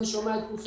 אני שומע את כולכם,